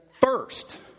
first